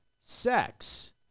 sex